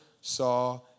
saw